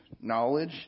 knowledge